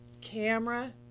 camera